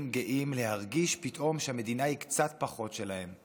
גאים להרגיש פתאום שהמדינה היא קצת פחות שלהם.